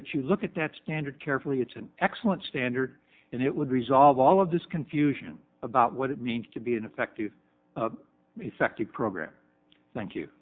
that you look at that standard carefully it's an excellent standard and it would resolve all of this confusion about what it means to be an effective effective program thank you